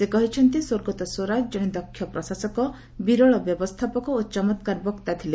ସେ କହିଛନ୍ତି ସ୍ୱର୍ଗତ ସ୍ୱରାଜ ଜଣେ ଦକ୍ଷ ପ୍ରଶାସକ ବିରଳ ବ୍ୟବସ୍ଥାପକ ଓ ଚମତ୍କାର ବକ୍ତା ଥିଲେ